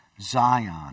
Zion